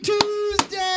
Tuesday